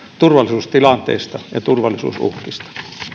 turvallisuustilanteesta ja turvallisuusuhkista